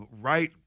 right